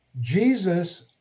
Jesus